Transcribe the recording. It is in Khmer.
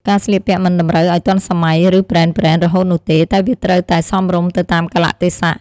ការស្លៀកពាក់មិនតម្រូវឲ្យទាន់សម័យ ឬប្រេនៗរហូតនោះទេ តែវាត្រូវតែសមរម្យទៅតាមកាលៈទេសៈ។